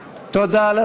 תודה.